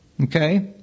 okay